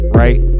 right